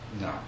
No